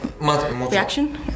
reaction